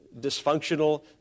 dysfunctional